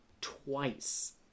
twice